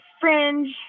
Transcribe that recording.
fringe